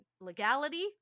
legality